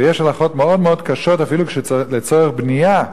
ויש הלכות מאוד מאוד קשות, אפילו לצורך בנייה,